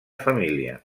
família